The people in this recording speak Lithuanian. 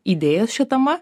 idėjas šitama